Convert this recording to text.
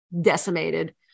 decimated